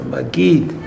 Magid